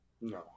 No